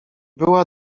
była